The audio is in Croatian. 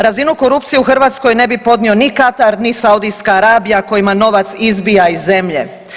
Razinu korupcije u Hrvatskoj ne bi podnio ni Katar, ni Saudijska Arabija kojima novac izbija iz zemlje.